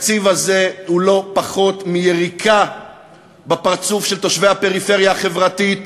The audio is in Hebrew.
התקציב הזה הוא לא פחות מיריקה בפרצוף של תושבי הפריפריה החברתית